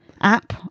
app